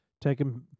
taking